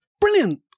Brilliant